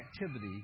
activity